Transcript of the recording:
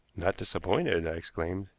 not disappointed! i exclaimed.